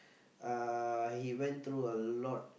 uh he went through a lot